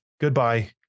Goodbye